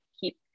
keep